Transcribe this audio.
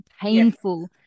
painful